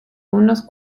unos